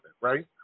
Right